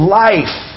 life